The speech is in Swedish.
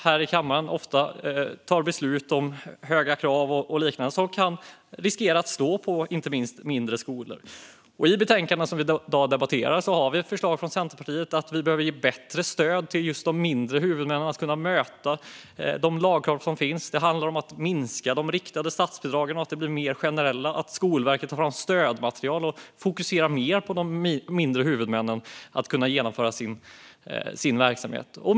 Här i kammaren tar vi ofta beslut om höga krav och liknande, vilket riskerar att slå mot mindre skolor. I det betänkande som vi i dag debatterar har vi från Centerpartiet ett förslag om att ge bättre stöd till just de mindre huvudmännen för att kunna möta de lagkrav som finns. Det handlar om att minska de riktade statsbidragen och att bidragen ska bli mer generella, att Skolverket ska ta fram stödmaterial och fokusera mer på att de mindre huvudmännen ska kunna genomföra sin verksamhet.